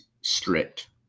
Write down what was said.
strict